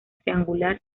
triangular